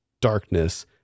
darkness